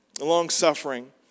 long-suffering